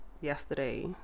yesterday